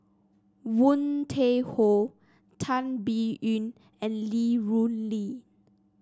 Woon Tai Ho Tan Biyun and Li Rulin